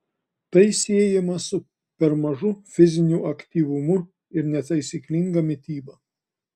tai siejama su per mažu fiziniu aktyvumu ir netaisyklinga mityba